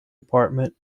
apartment